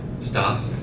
Stop